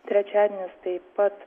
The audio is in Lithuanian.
trečiadienis taip pat